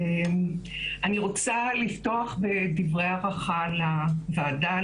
אני רוצה לפתוח בדברי הערכה לוועדה,